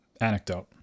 Anecdote